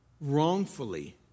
wrongfully